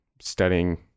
studying